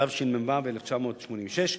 התשמ"ו 1986,